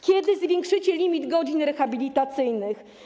Kiedy zwiększycie limit godzin rehabilitacyjnych?